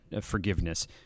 forgiveness